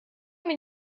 mir